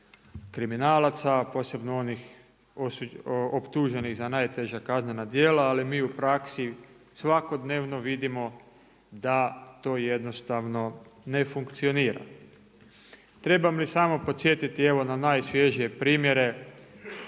kriminalaca, posebno onih optuženih za najteža kaznena djela ali mi u praksi svakodnevno vidimo da to jednostavno ne funkcionira. Trebam li samo podsjetiti evo na najsvježija primjere,